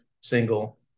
single